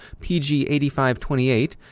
PG8528